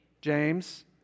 James